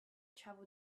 travel